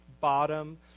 bottom